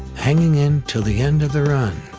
hanging in til the end of the run.